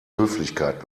höflichkeit